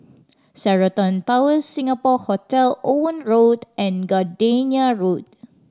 Sheraton Towers Singapore Hotel Owen Road and Gardenia Road